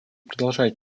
продолжать